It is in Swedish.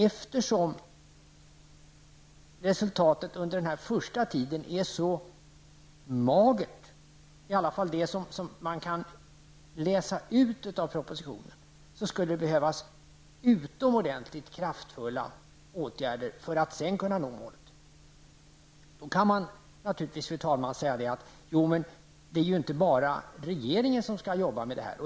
Eftersom resultatet under den första tiden är så magert -- i alla fall det som man kan läsa ut av propositionen -- skulle det behövas utomordentligt kraftfulla åtgärder för att sedan kunna nå målet. Då kan det naturligtvis sägas: Jo, men det är inte bara regeringen som skall jobba med det här.